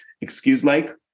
excuse-like